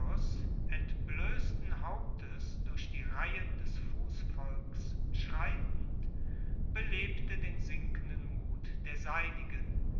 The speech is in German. entbloessten hauptes durch die reihen des fussvolks schreitend belebte den sinkenden mut der seinigen